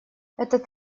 этот